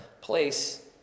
place